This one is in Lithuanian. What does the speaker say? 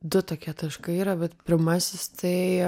du tokie taškai yra bet pirmasis tai